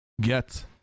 Get